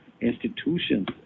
institutions